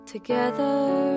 together